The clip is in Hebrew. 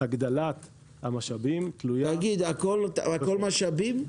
הגדלת המשאבים תלויה -- הכול משאבים?